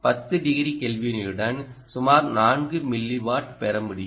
10 degree கெல்வினுடன் சுமார் 4 milliwatt பெறமுடியும்